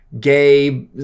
gay